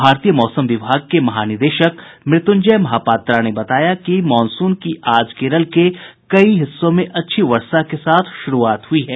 भारतीय मौसम विभाग के महानिदेशक मृत्युंजय महापात्रा ने कहा कि मॉनसून की आज कोरल के कई हिस्सों में अच्छी वर्षा के साथ शुरूआत हुई है